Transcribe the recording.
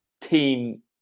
team